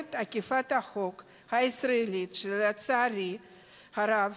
במערכת אכיפת החוק הישראלית, שלצערי הרב